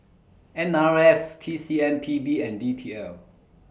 N R F T C M P B and D T L